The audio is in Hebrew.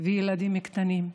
וילדים קטנים.